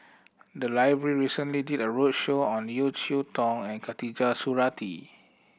the library recently did a roadshow on Yeo Cheow Tong and Khatijah Surattee